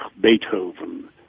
Beethoven